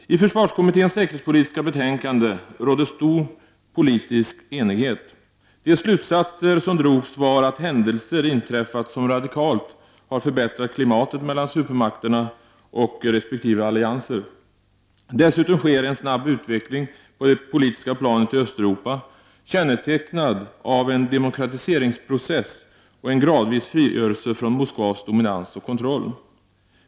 I försvarskommitténs säkerhetspolitiska betänkande rådde stor politisk enighet. De slutsatser som drogs var att händelser inträffat som radikalt har förbättrat klimatet mellan supermakterna och resp. allianser. Dessutom sker en snabb utveckling på det politiska planet i Östeuropa, kännetecknad av en demokratiseringsprocess och en gradvis frigörelse från Moskvas dominans och kontroll.